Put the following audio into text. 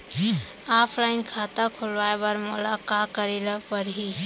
Offline खाता खोलवाय बर मोला का करे ल परही?